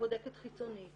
לבודקת חיצונית,